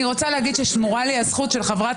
אני רוצה להגיד ששמורה לי הזכות של חברת